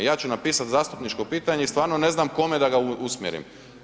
I ja ću napisati zastupničko pitanje i stvarno ne znam kome da ga usmjerim.